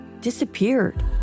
disappeared